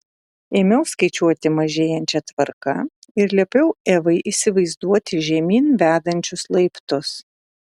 ėmiau skaičiuoti mažėjančia tvarka ir liepiau evai įsivaizduoti žemyn vedančius laiptus